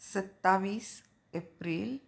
सत्तावीस एप्रिल